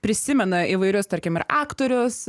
prisimena įvairius tarkim ir aktorius